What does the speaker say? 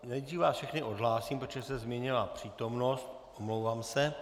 Nejdříve vás všechny odhlásím, protože se změnila přítomnost, omlouvám se.